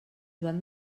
joan